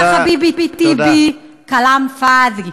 יא חביבי טיבי, כלאם פאד'י.